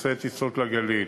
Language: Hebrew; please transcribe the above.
בנושא טיסות לגליל,